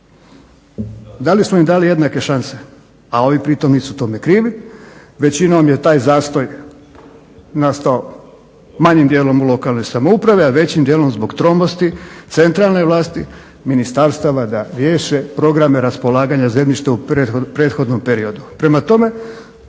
Da li smo im dali jednake šanse, a ovi pritom nisu tome krivi. Većinom je taj zastoj nastao manjim dijelom u lokalnoj samoupravi a većim dijelom zbog tromosti centralne vlasti, ministarstava da riješe programe raspolaganja zemljišta u prethodnom periodu.